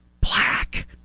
black